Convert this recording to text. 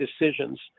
decisions